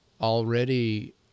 already